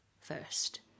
first